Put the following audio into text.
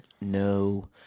No